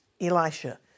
Elisha